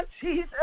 Jesus